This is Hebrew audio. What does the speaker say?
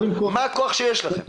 מה הכוח שיש לכם?